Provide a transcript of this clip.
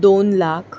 दोन लाख